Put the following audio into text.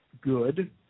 good